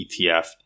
ETF